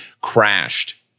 crashed